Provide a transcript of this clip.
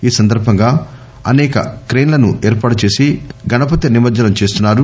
ఈ సందర్బంగా అనేక క్రేన్ లను ఏర్పాటు చేసి గణపతి నిమజ్జనం చేస్తున్నారు